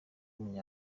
muri